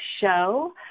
show